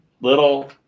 little